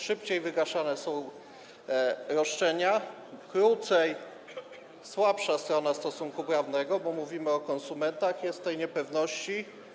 Szybciej wygaszone są roszczenia, krócej słabsza strona stosunku prawnego, bo mówimy o konsumentach, jest w tej niepewności.